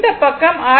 இந்த பக்கம் ஆர்